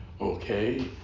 okay